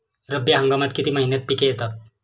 रब्बी हंगामात किती महिन्यांत पिके येतात?